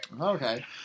Okay